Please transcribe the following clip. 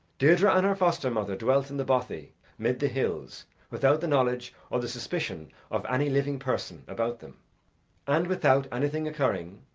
deirdre and her foster-mother dwelt in the bothy mid the hills without the knowledge or the suspicion of any living person about them and without anything occurring,